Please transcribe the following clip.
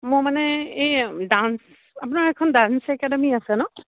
মই মানে এই ডান্স আপোনাৰ এখন ডান্স একাডেমী আছে ন